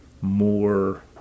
more